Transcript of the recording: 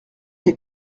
des